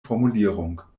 formulierung